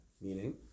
Meaning